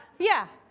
yeah.